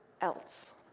else